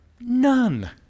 none